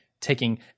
taking